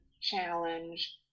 challenge